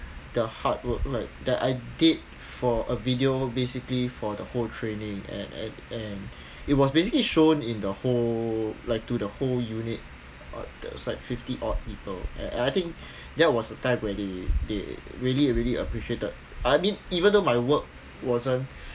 the hard work like that I did for a video basically for the whole training and and and it was basically shown in the whole like to the whole unit there was like fifty odd people and I think that was the time where they they really really appreciated uh even though my work wasn't